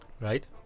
Right